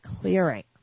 clearing